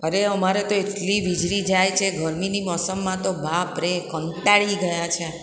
અરે અમારે તો એટલી વીજળી જાય છે ગરમીની મોસમમાં તો બાપ રે કંટાળી ગયા છે